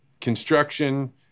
construction